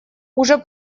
уже